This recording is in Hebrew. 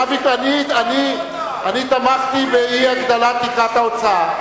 אני תמכתי באי-הגדלת תקרת ההוצאה.